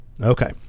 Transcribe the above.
Okay